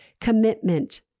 commitment